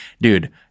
dude-